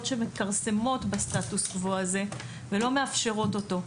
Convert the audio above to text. שמכרסמות בסטטוס קוו הזה ולא מאפשרות אותו,